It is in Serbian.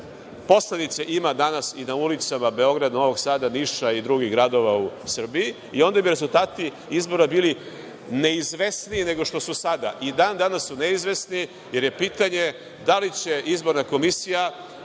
posledice ima danas i na ulicama Beograda, Novog Sada, Niša i drugih gradova u Srbiji, i onda bi rezultati bili neizvesnijim nego što su sada. I dan danas su neizvesni, jer je pitanje da li će Izborna komisija